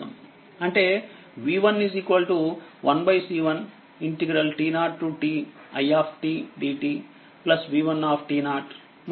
అంటే v11C1t0ti dt v1 మరియు v21C2t0ti dt v2